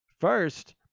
first